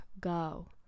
go